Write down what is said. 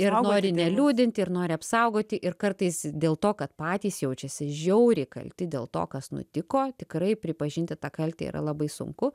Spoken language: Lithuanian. ir nori neliūdinti ir nori apsaugoti ir kartais dėl to kad patys jaučiasi žiauriai kalti dėl to kas nutiko tikrai pripažinti tą kaltę yra labai sunku